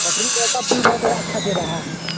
battery backup भी बहुत है अच्छा दे रहा है